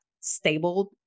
stable